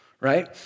right